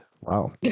wow